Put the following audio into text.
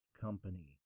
company